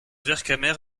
vercamer